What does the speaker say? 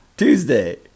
Tuesday